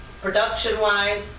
production-wise